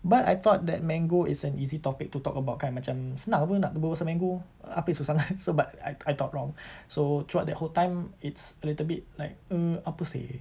but I thought that mango is an easy topic to talk about kan macam senang apa nak berbual pasal mango apa yang susah sangat so but I I thought wrong so throughout the whole time it's a little bit like um apa seh